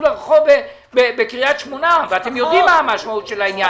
לרחוב בקריית שמונה ואתם יודעים מה המשמעות של זה.